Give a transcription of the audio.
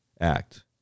Act